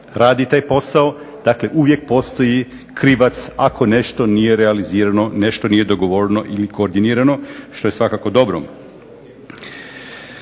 radi taj posao. Dakle, uvijek postoji krivac ako nešto nije realizirano, nešto nije dogovoreno ili koordinirano što je svakako dobro.